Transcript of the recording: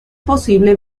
posible